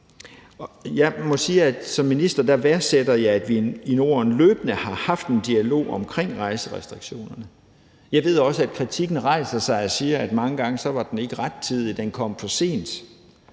som minister værdsætter jeg, at vi i Norden løbende har haft en dialog omkring rejserestriktionerne. Jeg ved også, at kritikken rejser sig, og siger, at den mange gange ikke var rettidig, at den kom for sent,